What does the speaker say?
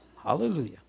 Hallelujah